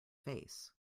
face